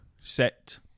set